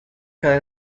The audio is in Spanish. cada